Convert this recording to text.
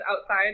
outside